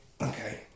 Okay